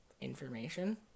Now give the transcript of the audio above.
information